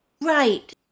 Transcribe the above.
Right